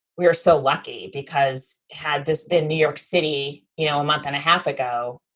we are so lucky because had this been new york city, you know, a month and a half ago,